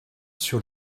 sur